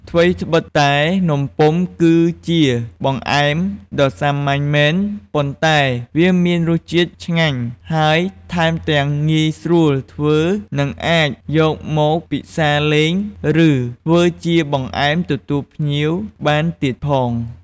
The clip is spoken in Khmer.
ថ្វីដ្បិតតែនំពុម្ពគឺជាបង្អែមដ៏សាមញ្ញមែន ប៉ុន្តែវាមានរសជាតិឆ្ងាញ់ ហើយថែមទាំងងាយស្រួលធ្វើ និងអាចយកមកពិសាលេង ឬធ្វើជាបង្អែមទទួលភ្ញៀវបានទៀតផង។